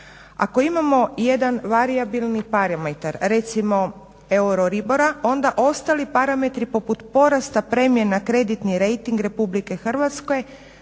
Ako imamo jedan varijabilni parametar, recimo euroribora onda ostali parametri poput porasta premije na kreditni rejting Republika Hrvatske